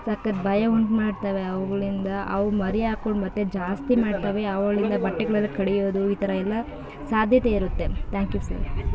ಸಖತ್ತು ಭಯ ಉಂಟು ಮಾಡ್ತವೆ ಅವುಗಳಿಂದ ಅವು ಮರಿ ಹಾಕೊಂಡ್ ಮತ್ತೆ ಜಾಸ್ತಿ ಮಾಡ್ತವೆ ಅವುಗಳಿಂದ ಬಟ್ಟೆಗಳೆಲ್ಲ ಕಡಿಯೋದು ಈ ಥರ ಎಲ್ಲ ಸಾಧ್ಯತೆ ಇರುತ್ತೆ ಥ್ಯಾಂಕ್ ಯು ಸರ್